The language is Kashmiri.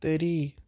تٔرِی